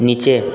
নিচে